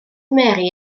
mary